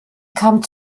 kam